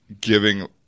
giving